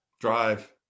Drive